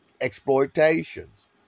exploitations